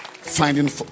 Finding